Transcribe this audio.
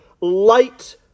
light